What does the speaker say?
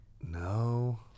No